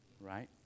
right